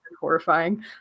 horrifying